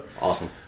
Awesome